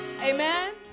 Amen